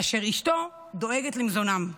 כאשר אשתו דואגת למזונם.